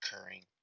occurring